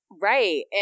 Right